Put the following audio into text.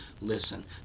listen